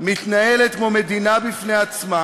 מתנהלת כמו מדינה בפני עצמה